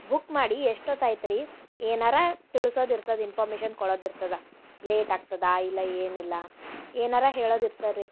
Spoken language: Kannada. ಬುಕ್ ಮಾಡಿ ಎಷ್ಟೊತ್ತು ಆಯ್ತು ರೀ ಏನಾರ ತಿಳ್ಸೋದು ಇರ್ತದ ಇನ್ಫಾರ್ಮೇಶನ್ ಕೊಡದು ಇರ್ತದ ಲೇಟ್ ಆಗ್ತದ ಇಲ್ಲ ಏನಿಲ್ಲ ಏನಾರ ಹೇಳೋದು ಇರ್ತಾರೆ ರೀ